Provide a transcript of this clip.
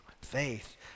faith